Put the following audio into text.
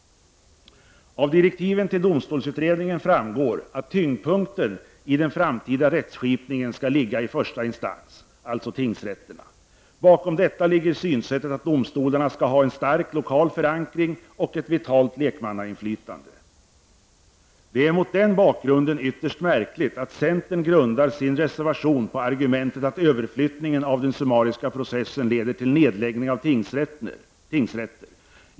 Av direktiven till domstolsutredningen framgår att tyngdpunkten i den framtida rättsskipningen skall ligga i första instans, alltså tingsrätterna. Bakom detta ligger synsättet att domstolarna skall ha en stark lokal förankring och ett vitalt lekmannainflytande. Det är mot den bakgrunden ytterst märkligt att centern grundar sin reservation på argumentet att överflyttningen av den summariska processen leder till nedläggning av tingsrätter.